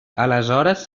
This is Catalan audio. aleshores